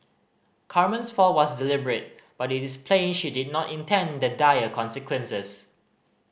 Carmen's fall was deliberate but it is plain she did not intend the dire consequences